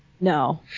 No